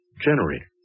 Generator